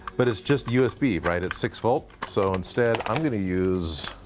but it's just usb, right? it's six volt. so instead, i'm gonna use